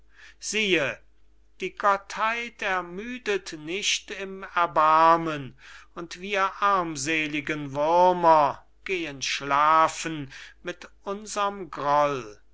siehe die gottheit ermüdet nicht im erbarmen und wir armseligen würmer gehen schlafen mit unserm groll